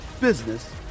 business